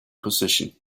position